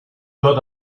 got